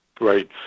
Right